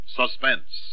suspense